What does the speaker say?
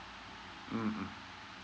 mmhmm